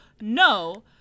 no